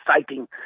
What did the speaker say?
exciting